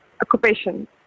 occupation